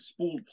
spooled